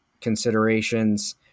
considerations